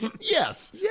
Yes